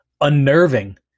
unnerving